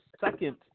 second